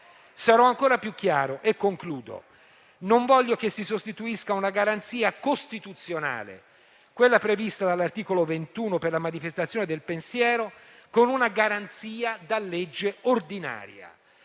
Sarò ancora più chiaro e concludo: non voglio che si sostituisca una garanzia costituzionale, quella prevista dall'articolo 21 per la manifestazione del pensiero, con una garanzia da legge ordinaria.